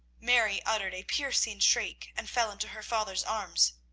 mary uttered a piercing shriek, and fell into her father's arms.